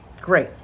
Great